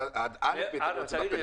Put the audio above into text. זה --- תגיד לי,